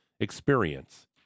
experience